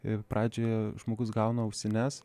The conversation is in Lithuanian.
ir pradžioje žmogus gauna ausines